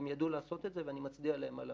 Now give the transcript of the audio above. והם ידעו לעשות את זה, ואני מצדיע על מה